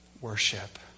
worship